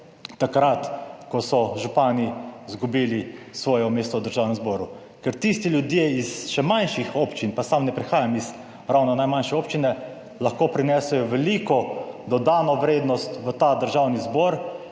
takrat, ko so župani izgubili svoje mesto v Državnem zboru, ker tisti ljudje iz še manjših občin, pa sam ne prihajam iz ravno najmanjše občine, lahko prinesejo veliko dodano vrednost v ta Državni zbor,